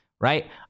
right